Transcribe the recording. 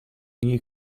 new